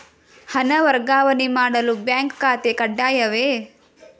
ಹಣ ವರ್ಗಾವಣೆ ಮಾಡಲು ಬ್ಯಾಂಕ್ ಖಾತೆ ಕಡ್ಡಾಯವೇ?